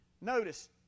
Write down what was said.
Notice